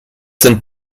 sind